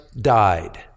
died